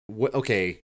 okay